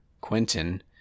Quentin